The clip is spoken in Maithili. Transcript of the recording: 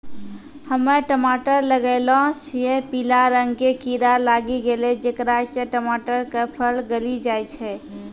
हम्मे टमाटर लगैलो छियै पीला रंग के कीड़ा लागी गैलै जेकरा से टमाटर के फल गली जाय छै?